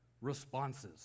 responses